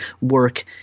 work